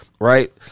Right